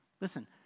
Listen